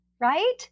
right